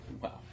Wow